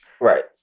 Right